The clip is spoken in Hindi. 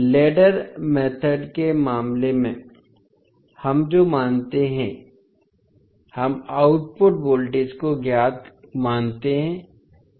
लैडर मेथोड के मामले में हम जो मानते हैं हम आउटपुट वोल्टेज को ज्ञात मानते हैं